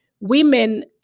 women